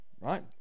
right